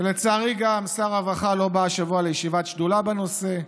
ולצערי גם שר הרווחה לא בא השבוע לישיבת שדולה בנושא,